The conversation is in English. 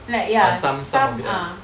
like ya some ah